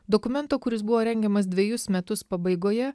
dokumento kuris buvo rengiamas dvejus metus pabaigoje